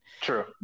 True